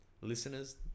listeners